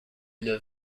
une